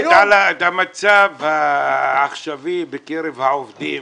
תדבר על המצב העכשווי בקרב העובדים.